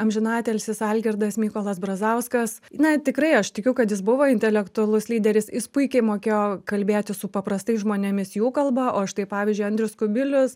amžinatilsis algirdas mykolas brazauskas na tikrai aš tikiu kad jis buvo intelektualus lyderis jis puikiai mokėjo kalbėti su paprastais žmonėmis jų kalba o štai pavyzdžiui andrius kubilius